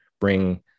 bring